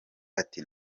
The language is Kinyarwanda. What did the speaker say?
ati